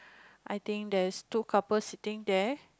I think there's two couple sitting there